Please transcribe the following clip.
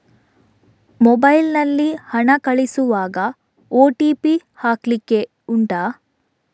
mobile ನಲ್ಲಿ ಹಣ ಕಳಿಸುವಾಗ ಓ.ಟಿ.ಪಿ ಹಾಕ್ಲಿಕ್ಕೆ ಉಂಟಾ